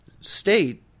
state